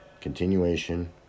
Continuation